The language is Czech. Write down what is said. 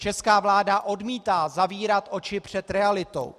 Česká vláda odmítá zavírat oči před realitou.